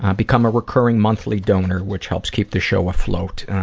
become a recurring, monthly donor which helps keep this show afloat.